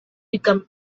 become